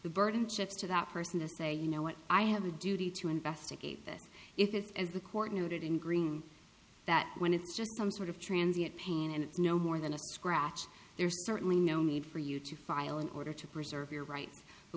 the burden shifts to that person to say you know what i have a duty to investigate this if it is the court noted in green that when it's just some sort of transit pain and it's no more than a scratch there's certainly no need for you to file an order to preserve your right